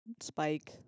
spike